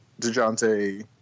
DeJounte